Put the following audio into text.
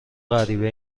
غریبه